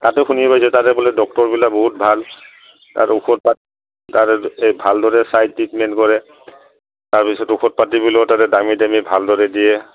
তাতে শুনি পাইছোঁ তাৰে বোলে ডক্টৰবিলাক বহুত ভাল তাৰ ঔষধ তাৰে এই ভালদৰে চাই ট্ৰিটমেণ্ট কৰে তাৰপিছত ঔষধ পাতিও তাৰে দামী দামী ভালদৰে দিয়ে